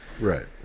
Right